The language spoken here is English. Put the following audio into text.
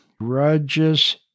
grudges